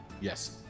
Yes